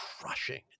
crushing